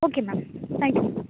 okay ma'am thank you ma'am